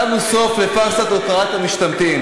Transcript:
ושמנו סוף לפארסת הוקרת המשתמטים.